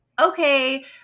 okay